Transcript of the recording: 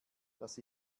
dass